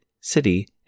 city